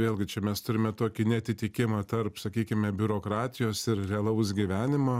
vėlgi čia mes turime tokį neatitikimą tarp sakykime biurokratijos ir realaus gyvenimo